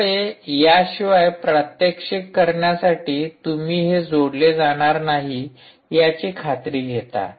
ज्यामुळे याशिवाय प्रात्यक्षिक करण्यासाठी तुम्ही हे जोडले जाणार नाही याची खात्री घेता